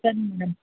ಸರಿ ಮೇಡಮ್